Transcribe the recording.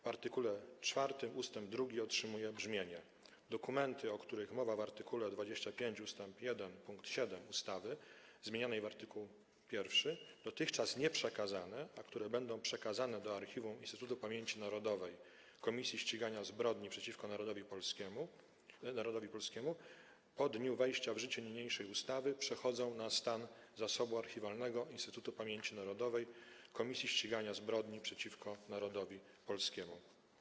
W art. 4 ust. 2 otrzymuje brzmienie: Dokumenty, o których mowa w art. 25 ust. 1 pkt 7 ustawy zmienianej w art. 1, dotychczas nieprzekazane, a które będą przekazane do Archiwum Instytutu Pamięci Narodowej - Komisji Ścigania Zbrodni przeciwko Narodowi Polskiemu po dniu wejścia w życie niniejszej ustawy, przechodzą na stan zasobu archiwalnego Instytutu Pamięci Narodowej - Komisji Ścigania Zbrodni przeciwko Narodowi Polskiemu.